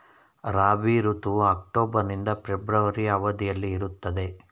ರಾಬಿ ಋತುವು ಅಕ್ಟೋಬರ್ ನಿಂದ ಫೆಬ್ರವರಿ ಅವಧಿಯಲ್ಲಿ ಇರುತ್ತದೆ